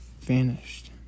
vanished